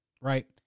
right